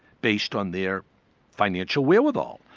based on their financial wherewithal.